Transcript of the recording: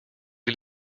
die